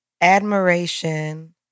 admiration